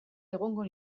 egongo